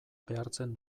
behartzen